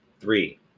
Three